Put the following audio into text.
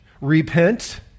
Repent